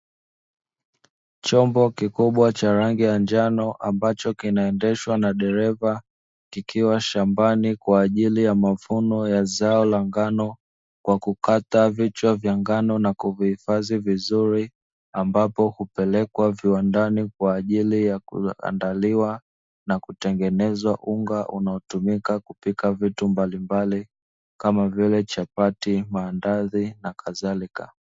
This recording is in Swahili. Chombo kikubwa cha rangi ya njano ambacho kinaendeshwa na dereva, kikiwa shambani kwa ajili ya mavuno ya zao la ngano, kwa kukata vichwa vya ngano na kuvihifadhi vizuri ambapo hupelekwa viwandani kwa ajili ya kulaandaliwa, na kutengeneza unga unaotumika kupika vitu mbalimbali kama vile; chapati, maandazi na kadhalika.